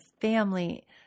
family